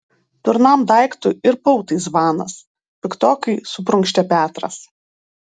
durnam daiktui ir pautai zvanas piktokai suprunkštė petras